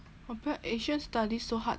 我不要 asian studies so hard